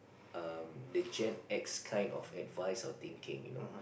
err the Gen-X kind of advice or thinking you know